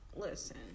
listen